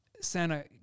Santa